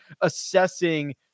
assessing